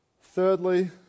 Thirdly